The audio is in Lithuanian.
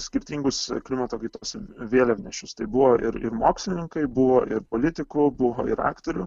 skirtingus klimato kaitos vėliavnešius tai buvo ir ir mokslininkai buvo ir politikų buvo ir aktorių